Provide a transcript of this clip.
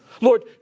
Lord